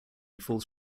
falls